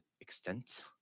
extent